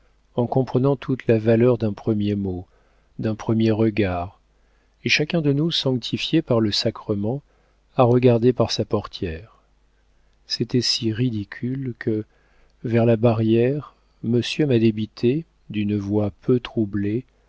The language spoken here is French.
en comprenant toute la valeur d'un premier mot d'un premier regard et chacun de nous sanctifié par le sacrement a regardé par sa portière c'était si ridicule que vers la barrière monsieur m'a débité d'une voix un peu troublée